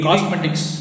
Cosmetics